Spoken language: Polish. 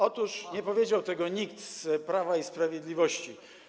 Otóż nie powiedział tego nikt z Prawa i Sprawiedliwości.